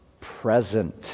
present